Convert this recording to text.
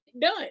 done